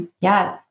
Yes